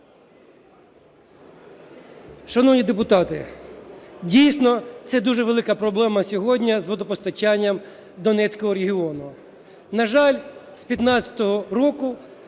Шановні депутати, дійсно, це дуже велика проблема сьогодні з водопостачанням Донецького регіону. На жаль, з 15-го року